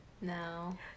No